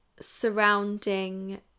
surrounding